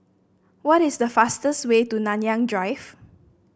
what is the fastest way to Nanyang Drive